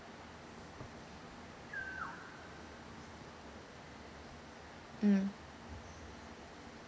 mm